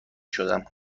شدم